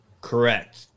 Correct